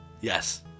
yes